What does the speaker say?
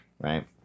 right